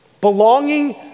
Belonging